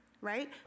right